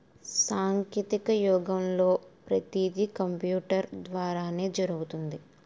సాంకేతిక యుగంలో పతీది కంపూటరు ద్వారానే జరుగుతుంది